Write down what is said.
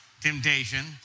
temptation